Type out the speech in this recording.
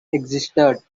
existed